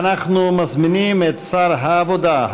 אנחנו מזמינים את שר העבודה,